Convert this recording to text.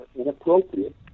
inappropriate